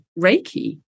Reiki